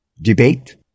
debate